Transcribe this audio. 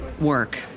work